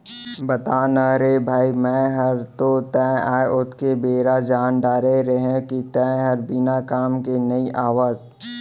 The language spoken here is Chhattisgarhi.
बता ना रे भई मैं हर तो तैं आय ओतके बेर जान डारे रहेव कि तैं हर बिना काम के नइ आवस